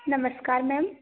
नमस्कार मैम